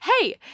Hey